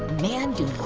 man, dude.